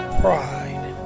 pride